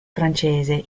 francese